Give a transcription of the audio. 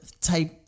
type